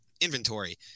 inventory